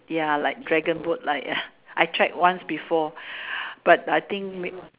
yeah like dragon boat like I tried once before but I think make